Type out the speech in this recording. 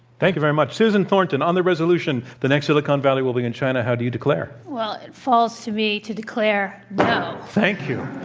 thank you very much. susan thornton, on the resolution, the next silicon valley will be in china, how do you declare? well, it falls to me to declare no. thank you.